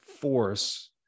force